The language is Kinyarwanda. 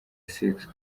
sex